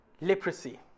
leprosy